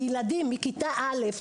לילדים מכיתה א',